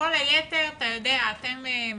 כל היתר אתה יודע, אתם מחליטים.